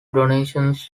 donations